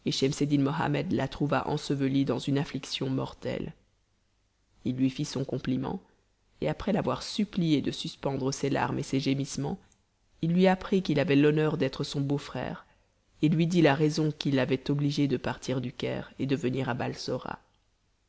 mohammed la trouva ensevelie dans une affliction mortelle il lui fit son compliment et après l'avoir suppliée de suspendre ses larmes et ses gémissements il lui apprit qu'il avait l'honneur d'être son beau-frère et lui dit la raison qui l'avait obligé de partir du caire et de venir à balsora